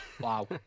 Wow